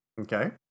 Okay